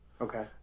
Okay